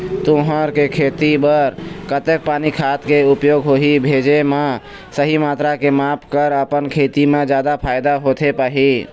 तुंहर के खेती बर कतेक पानी खाद के उपयोग होही भेजे मा सही मात्रा के माप कर अपन खेती मा जादा फायदा होथे पाही?